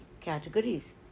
categories